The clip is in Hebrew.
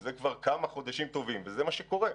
זה כבר כמה חודשים טובים, וזה מה שקורה.